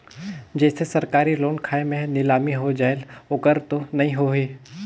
जैसे सरकारी लोन खाय मे नीलामी हो जायेल ओकर तो नइ होही?